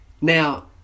Now